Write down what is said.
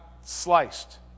sliced